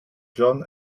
john